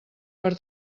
per